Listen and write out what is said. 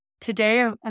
Today